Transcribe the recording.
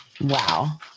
wow